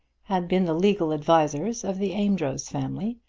had been the legal advisers of the amedroz family,